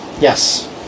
Yes